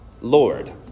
Lord